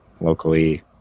locally